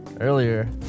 earlier